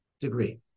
degree